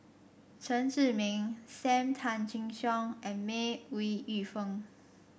Chen Zhiming Sam Tan Chin Siong and May Ooi Yu Fen